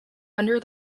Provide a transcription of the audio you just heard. under